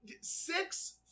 six